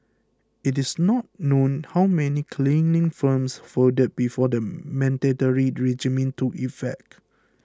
it is not known how many cleaning firms folded before the mandatory regime took effect